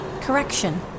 correction